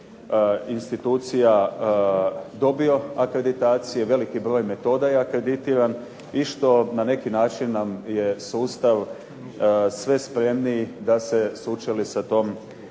institucija dobio akreditacije, veliki broj metoda je akreditiran. I što na neki način nam je sustav sve spremniji da se sučeli sa tom